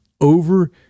over